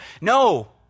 No